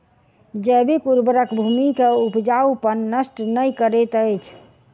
जैविक उर्वरक भूमि के उपजाऊपन नष्ट नै करैत अछि